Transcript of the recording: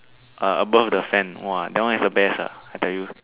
ah above the fan whoa that one is the best ah I tell you